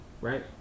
right